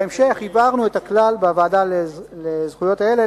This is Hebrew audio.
בהמשך הבהרנו את הכלל בוועדה לזכויות הילד,